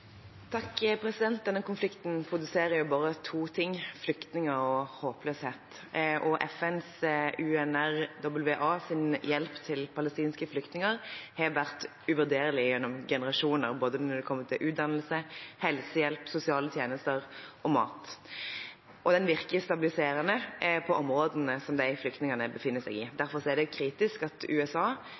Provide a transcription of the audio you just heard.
Denne konflikten produserer bare to ting: flyktninger og håpløshet. FNs UNRWA sin hjelp til palestinske flyktninger har vært uvurderlig gjennom generasjoner når det kommer til både utdannelse, helsehjelp, sosiale tjenester og mat, og den virker stabiliserende på områdene flyktningene befinner seg i. Derfor er det kritisk at USA